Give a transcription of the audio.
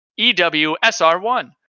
EWSR1